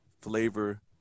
flavor